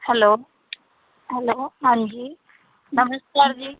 hello hello ਹਾਂਜੀ ਨਮਸਕਾਰ ਜੀ